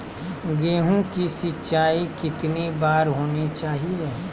गेहु की सिंचाई कितनी बार होनी चाहिए?